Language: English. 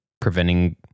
preventing